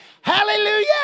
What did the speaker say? hallelujah